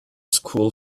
school